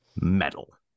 metal